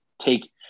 take –